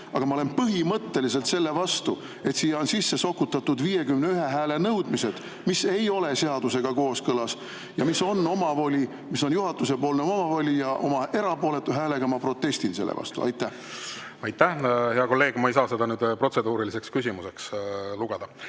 aga ma olen põhimõtteliselt selle vastu, et siia on sisse sokutatud 51 hääle nõuded, mis ei ole seadusega kooskõlas ja mis on juhatuse omavoli. Oma erapooletu häälega ma protestisin selle vastu. Aitäh! Hea kolleeg, ma ei saa seda protseduuriliseks küsimuseks lugeda.